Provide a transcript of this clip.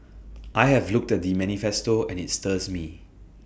I have looked the manifesto and IT stirs me